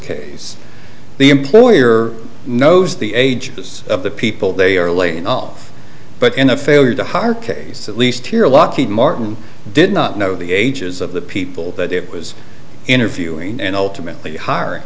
case the employer knows the ages of the people they are laid off but in a failure to hire case at least here lockheed martin did not know the ages of the people that it was interviewing and ultimately